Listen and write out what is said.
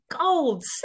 gold